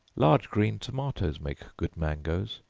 large green tomatoes make good mangoes,